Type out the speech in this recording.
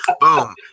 boom